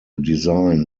design